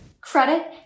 credit